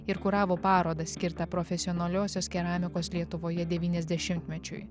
ir kuravo parodą skirtą profesionaliosios keramikos lietuvoje devyniasdešimtmečiui